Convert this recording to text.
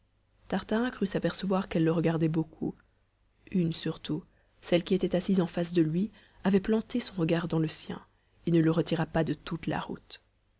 tartarin crut s'apercevoir qu'elles le regardaient beaucoup une surtout celle qui était assise en face de lui avait planté son regard dans le sien et ne le retira pas de toute la route